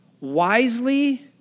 wisely